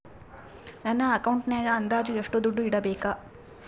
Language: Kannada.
ನನ್ನ ಅಕೌಂಟಿನಾಗ ಅಂದಾಜು ಎಷ್ಟು ದುಡ್ಡು ಇಡಬೇಕಾ?